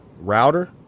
router